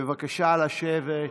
בבקשה לשבת.